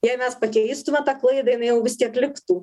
jei mes pakeistume tą klaidą jinai jau vis tiek liktų